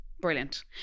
brilliant